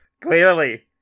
Clearly